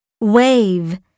Wave